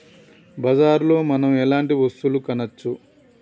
బజార్ లో మనం ఎలాంటి వస్తువులు కొనచ్చు?